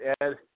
Ed